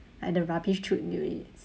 like the rubbish chute units